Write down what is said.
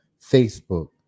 Facebook